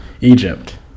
Egypt